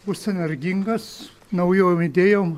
bus energingas naujom idėjom